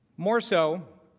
more so,